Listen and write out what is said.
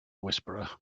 whisperer